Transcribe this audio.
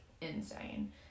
insane